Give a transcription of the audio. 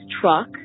truck